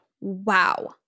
wow